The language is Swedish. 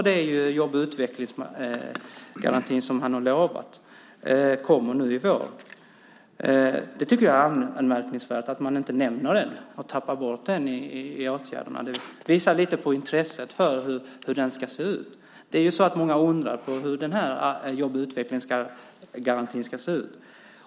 Det är ju jobb och utvecklingsgarantin som han har lovat kommer nu i vår. Jag tycker att det är anmärkningsvärt att man inte nämner den utan tappar bort den i åtgärderna. Det visar lite på intresset för hur den ska se ut. Det är ju så att många undrar hur den här jobb och utvecklingsgarantin ska se ut.